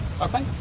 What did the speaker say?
okay